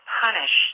punished